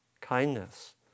kindness